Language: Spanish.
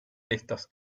listos